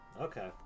Okay